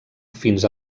fins